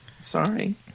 Sorry